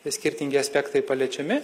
skirtingi aspektai paliečiami